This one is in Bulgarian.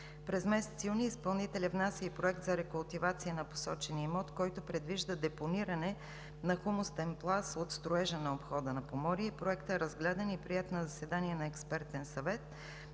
През месец юни изпълнителят внася и проект за рекултивация на посочения имот, който предвижда депониране на хумусен пласт от строежа на обхода на Поморие. Проектът е разгледан и приет на заседание на Експертен съвет